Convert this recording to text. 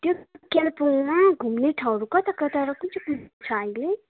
त्यो कालिम्पोङमा घुम्ने ठाउँहरू कता कता र कुन चाहिँ कुन छ अहिले